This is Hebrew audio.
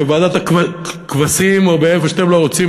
בוועדת הכבשים או איפה שאתם לא רוצים,